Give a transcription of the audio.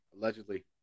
Allegedly